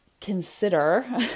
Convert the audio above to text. consider